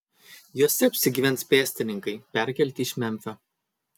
jose apsigyvens pėstininkai perkelti iš memfio